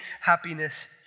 happiness